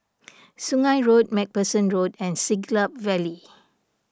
Sungei Road MacPherson Road and Siglap Valley